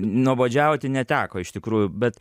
nuobodžiauti neteko iš tikrųjų bet